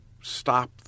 stop